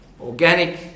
organic